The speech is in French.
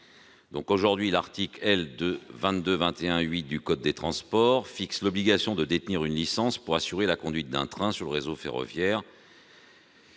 Aujourd'hui, l'article L. 2221-8 du code des transports fixe l'obligation de détenir une licence pour assurer la conduite d'un train sur l'ensemble